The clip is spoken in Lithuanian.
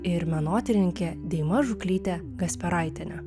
ir menotyrininkė deima žuklytė kasperaitienė